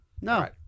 No